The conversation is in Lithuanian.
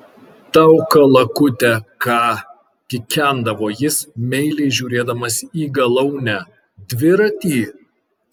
tau kalakute ką kikendavo jis meiliai žiūrėdamas į galaunę dviratį